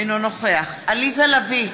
אינו נוכח עליזה לביא,